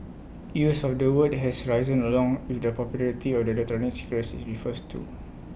use of the word has risen along with the popularity of the cigarettes IT refers to